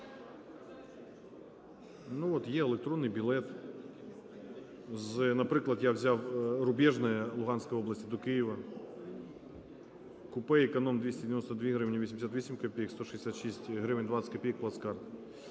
ну, от є електронний білет з, наприклад, я взяв Рубіжне Луганської області до Києва, купе-економ 292 гривні 88 копійок, 166 гривень 20 копійок – плацкарт.